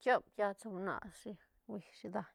tiop piats nashi hui shi daiñ